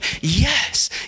yes